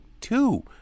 two